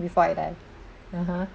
before I die (uh huh)